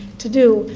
to do.